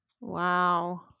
Wow